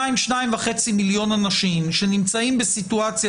2.5-2 מיליון אנשים שנמצאים בסיטואציה